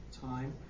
time